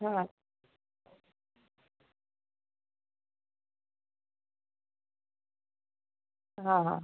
हा हा हा